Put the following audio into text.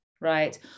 right